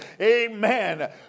Amen